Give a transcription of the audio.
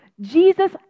Jesus